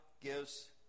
gives